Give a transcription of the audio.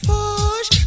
Push